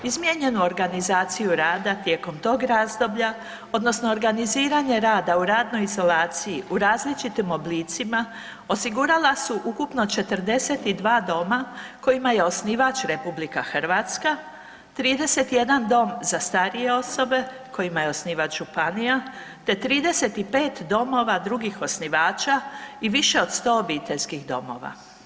Izmijenjenu organizaciju rada tijekom tog razdoblja odnosno organiziranje rada u radnoj izolaciji u različitim oblicima osigurala su ukupno 42 doma kojima je osnivač RH, 31 dom za starije osobe kojima je osnivač županija te 35 domova drugih osnivača i više od 100 obiteljskih domova.